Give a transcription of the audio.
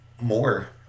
more